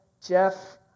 Jeff